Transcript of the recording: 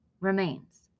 remains